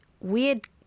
weird